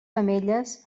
femelles